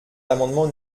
l’amendement